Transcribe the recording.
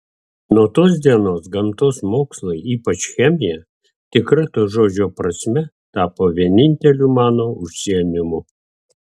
nuo tos dienos gamtos mokslai ypač chemija tikra to žodžio prasme tapo vieninteliu mano užsiėmimu